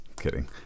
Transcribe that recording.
kidding